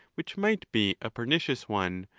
which might be a pernicious one,